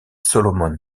solomon